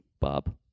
Bob